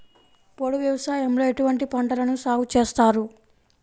పోడు వ్యవసాయంలో ఎటువంటి పంటలను సాగుచేస్తారు?